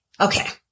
Okay